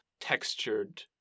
textured